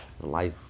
life